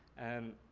and,